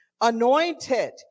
anointed